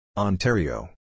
Ontario